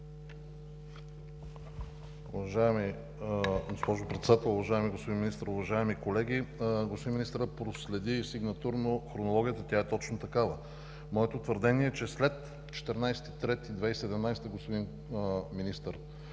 Уважаема госпожо Председател, уважаеми господин министър, уважаеми колеги! Господин министърът проследи сигнатурно хронологията, тя е точно такава. Моето твърдение е, че след 14 март 2017 г., господин министър